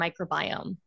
microbiome